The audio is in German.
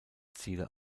ziele